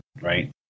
right